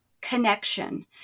connection